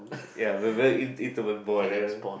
ya very very in~ intimate